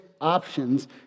options